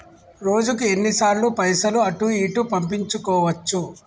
రోజుకు ఎన్ని సార్లు పైసలు అటూ ఇటూ పంపించుకోవచ్చు?